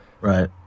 right